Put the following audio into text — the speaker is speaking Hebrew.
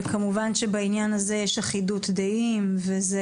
וכמובן שבעניין הזה יש אחידות דעים וזה